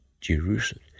Jerusalem